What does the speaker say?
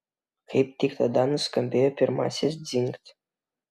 kaip tik tada nuskambėjo pirmasis dzingt